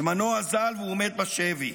זמנו אזל, והוא מת בשבי.